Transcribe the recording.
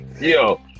yo